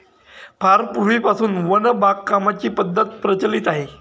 फार पूर्वीपासून वन बागकामाची पद्धत प्रचलित आहे